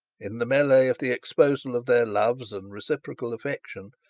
in the melee of the exposal of their loves and reciprocal affection,